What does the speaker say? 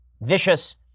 vicious